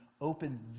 open